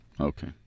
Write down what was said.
okay